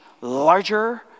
larger